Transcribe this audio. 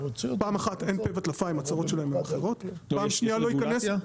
פעם אחת אין פה וטלפיים הצרות שלהם הם אחרות פעם שניה לא ייכנס --.